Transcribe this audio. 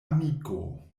amiko